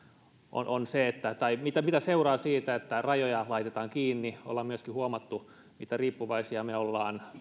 on on siitä tai mitä seuraa siitä että rajoja laitetaan kiinni ollaan myöskin huomattu miten riippuvaisia me olemme